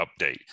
update